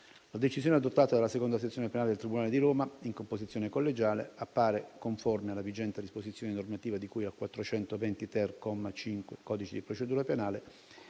La decisione adottata dalla II sezione penale del tribunale di Roma, in composizione collegiale, appare conforme alla vigente disposizione normativa di cui all'articolo 420-*ter*, comma 5, del codice di procedura penale